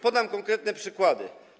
Podam konkretne przykłady.